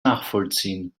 nachvollziehen